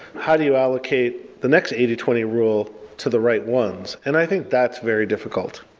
how do you allocate the next eighty twenty rule to the right ones? and i think that's very difficult,